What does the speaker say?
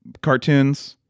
cartoons